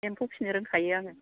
एम्फौ फिसिनो रोंखायो आङो